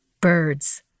Birds